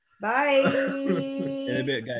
Bye